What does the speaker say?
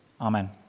amen